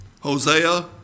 Hosea